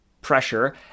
pressure